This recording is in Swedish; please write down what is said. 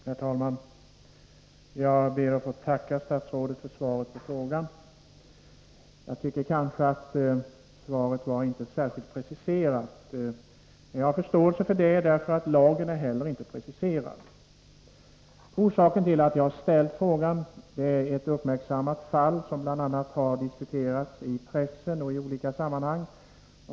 Herr talman! Jag ber att få tacka statsrådet för svaret på frågan. Jag tycker inte att det var särskilt preciserat, men jag har förståelse för det, eftersom inte heller lagen är preciserad. Orsaken till att jag ställt frågan är ett uppmärksammat fall, som har diskuterats bl.a. i pressen och i andra sammanhang.